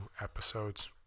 episodes